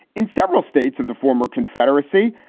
in several states of the former confederacy,